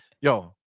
Yo